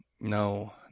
no